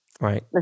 Right